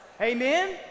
Amen